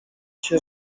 się